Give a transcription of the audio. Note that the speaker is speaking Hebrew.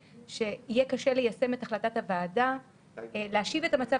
שיהיה קשה ליישם את החלטת הוועדה להשיב את המצב